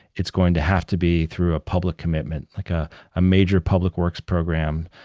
it's going to have to be through a public commitment, like ah a major public works program.